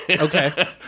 Okay